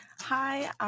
Hi